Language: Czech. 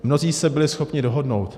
Mnozí se byli schopni dohodnout.